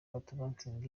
patoranking